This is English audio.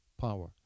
power